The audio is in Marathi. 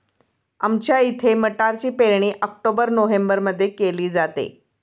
आमच्या इथे मटारची पेरणी ऑक्टोबर नोव्हेंबरमध्ये केली जाते